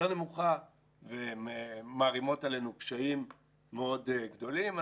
נמוכה והן מערימות עלינו קשיים מאוד גדולים.